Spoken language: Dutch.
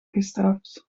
gestraft